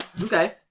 Okay